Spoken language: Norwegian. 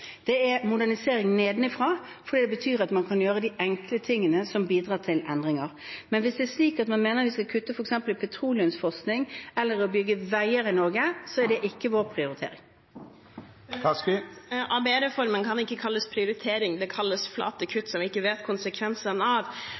Det er modernisering nedenifra, for det betyr at man kan gjøre de enkle tingene som bidrar til endringer. Men hvis det er slik at man mener vi skal kutte i f.eks. petroleumsforskning eller veibygging i Norge, er det ikke vår prioritering. Kari Elisabeth Kaski – til oppfølgingsspørsmål. ABE-reformen kan ikke kalles prioritering, det kalles flate kutt som vi ikke vet konsekvensene av.